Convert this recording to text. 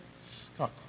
stuck